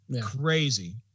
Crazy